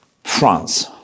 France